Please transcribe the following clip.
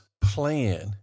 plan